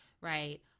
right